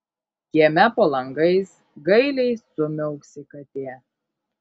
kieme po langais gailiai sumiauksi katė